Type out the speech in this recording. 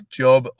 job